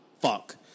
fuck